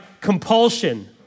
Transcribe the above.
compulsion